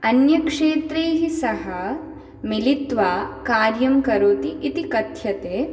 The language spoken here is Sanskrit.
अन्यक्षेत्रैः सह मिलित्वा कार्यं करोति इति कथ्यते